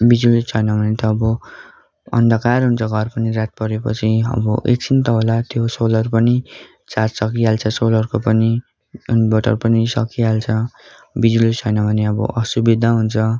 बिजुली छैन भने त अब अन्धकार हुन्छ घर पनि रात परे पछि अब एकछिन त होला त्यो सोलार पनि चार्ज सकिहाल्छ सोलारको पनि इन्भटर पनि सकिहाल्छ बिजुली छैन भने अब असुविधा हुन्छ